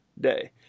day